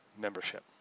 membership